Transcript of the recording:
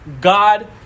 God